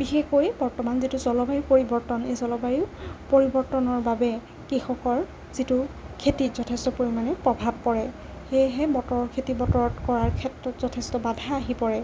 বিষেশকৈ বৰ্তমান যিটো জলবায়ু পৰিৱৰ্তন এই জলবায়ু পৰিৱৰ্তনৰ বাবে কৃষকৰ যিটো খেতি যথেষ্ট পৰিমাণে প্ৰভাৱ পৰে সেয়েহে বতৰৰ খেতি বতৰত কৰাৰ ক্ষেত্ৰত যথেষ্ট বাধা আহি পৰে